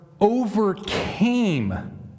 overcame